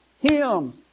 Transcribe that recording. hymns